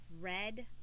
red